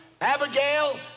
Abigail